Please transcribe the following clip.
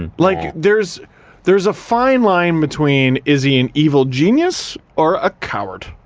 and like there's there's a fine line between is he an evil genius or a coward?